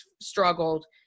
struggled